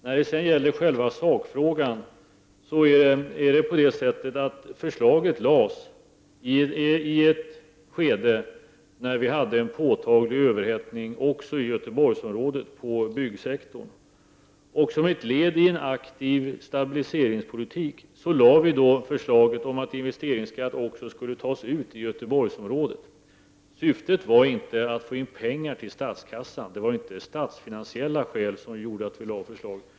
När det sedan gäller själva sakfrågan vill jag säga att förslaget lades fram i ett skede när vi hade en påtaglig överhettning på byggsektorn också i Göteborgsområdet. Som ett led i en aktiv stabiliseringspolitik framlade vi då förslaget om att investeringsskatt skulle tas ut även i Göteborgsområdet. Syftet var inte att få in pengar till statskassan; det var inte av statsfinansiella skäl som vi lade fram förslaget.